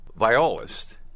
violist